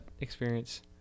experience